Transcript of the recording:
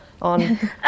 on